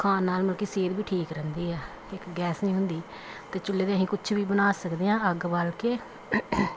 ਖਾਣ ਨਾਲ ਮਲਕੀ ਸਿਹਤ ਵੀ ਠੀਕ ਰਹਿੰਦੀ ਆ ਇਕ ਗੈਸ ਨਹੀਂ ਹੁੰਦੀ ਅਤੇ ਚੁੱਲੇ 'ਤੇ ਅਸੀਂ ਕੁਛ ਵੀ ਬਣਾ ਸਕਦੇ ਹਾਂ ਅੱਗ ਬਾਲ ਕੇ